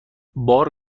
بار